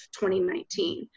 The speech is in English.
2019